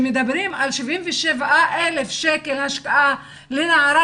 כשמדברים על 77,000 שקל השקעה לנערה